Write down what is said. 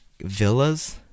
villas